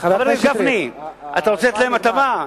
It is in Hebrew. חבר הכנסת גפני: אתה רוצה לתת להם הטבה,